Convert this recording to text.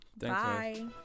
bye